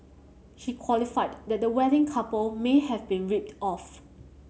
she qualified that the wedding couple may have been ripped off